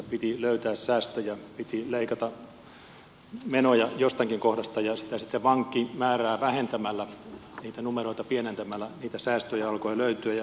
piti löytää säästöjä piti leikata menoja jostakin kohdasta ja sitten vankimäärää vähentämällä niitä numeroita pienentämällä niitä säästöjä alkoi löytyä